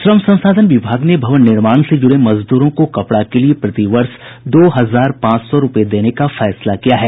श्रम संसाधन विभाग ने भवन निर्माण से जुड़े मजदूरों को कपड़ा के लिये प्रति वर्ष दो हजार पांच सौ रूपये देने का निर्णय लिया है